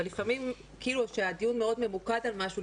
אבל כשהדיון מאוד ממוקד על משהו,